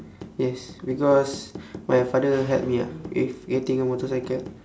yes because my father help me ah with getting a motorcycle